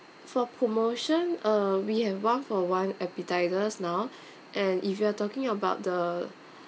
for promotion uh we have one for one appetisers now and if you are talking about the